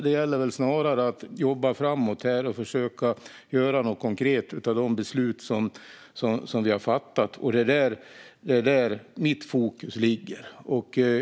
Det gäller snarare att jobba framåt och försöka göra något konkret av de beslut som vi har fattat. Det är där mitt fokus ligger.